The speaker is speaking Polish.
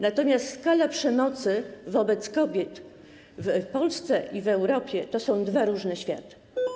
Natomiast skale przemocy wobec kobiet w Polsce i w Europie to są dwa różne światy.